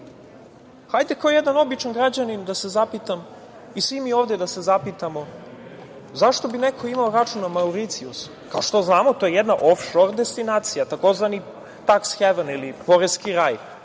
kao jedan običan građanin, da se zapitam i svi mi ovde da se zapitamo zašto bi neko imao račun na Mauricijusu? Kao što znamo to je jedna of-šor destinacija, takozvani „tax haven“ ili poreski raj.